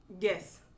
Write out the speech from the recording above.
Yes